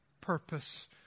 purpose